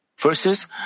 verses